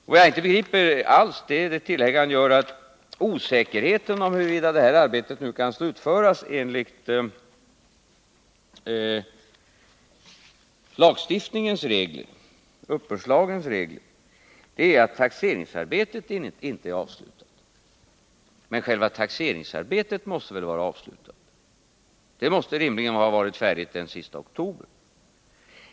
Vad jag inte begriper alls är det tillägg som Ingemar Mundebo gör om att osäkerheten om huruvida detta arbete nu kan slutföras enligt uppbördslagens regler beror på att taxeringsarbetet inte är avslutat. Men själva taxeringsarbetet måste väl vara avslutat? Det måste rimligen ha varit färdigt den 31 oktober.